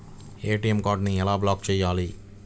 ATM కార్డుని ఎలా block చేయాలి?